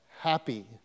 happy